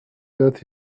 that